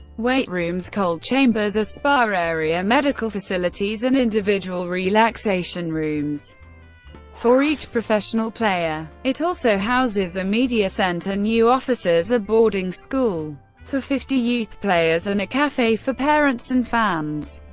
weight rooms, cold chambers, a spa area, medical facilities and individual relaxation rooms for each professional player. it also houses a media center, new offices, a boarding school for fifty youth players and a cafe for parents and fans.